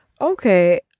okay